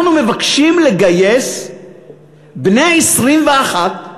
אנחנו מבקשים לגייס בני 21,